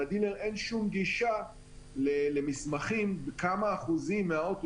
לדילר אין שום גישה למסמכים כמה אחוזים מהאוטו